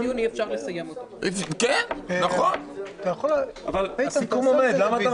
--- אבל הסיכום עומד, מאתמול.